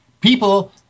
People